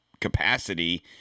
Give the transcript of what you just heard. capacity